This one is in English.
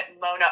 Mona